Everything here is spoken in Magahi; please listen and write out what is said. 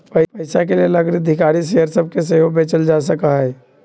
पइसाके लेल अग्राधिकार शेयर सभके सेहो बेचल जा सकहइ